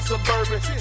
Suburban